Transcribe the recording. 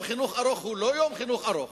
ואם יום חינוך ארוך הוא לא יום חינוך ארוך,